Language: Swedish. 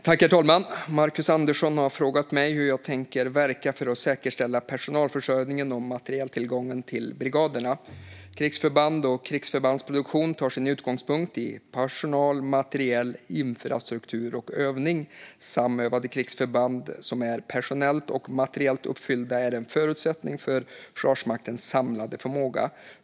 Herr talman! Marcus Andersson har frågat mig om hur jag tänker verka för att säkerställa personalförsörjningen och materieltillgången till brigaderna. Krigsförband och krigsförbandsproduktion tar sin utgångspunkt i personal, materiel, infrastruktur och övning. Samövade krigsförband som är personellt och materiellt uppfyllda är en förutsättning för Försvarsmaktens samlade förmåga.